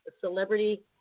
celebrity